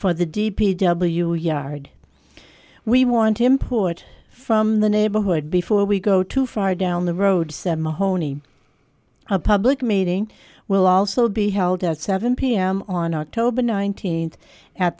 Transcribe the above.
for the d p w yard we want to import from the neighborhood before we go too far down the road said mahoney a public meeting will also be held at seven pm on october nineteenth at